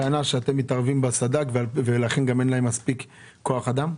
הטענה שאתם מתערבים בסד"כ ולכן גם אין להם מספיק כוח אדם.